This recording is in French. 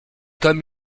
comme